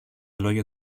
λόγια